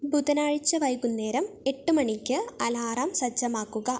ബുധനാഴ്ച വൈകുന്നേരം എട്ട് മണിക്ക് അലാറം സജ്ജമാക്കുക